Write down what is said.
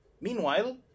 Meanwhile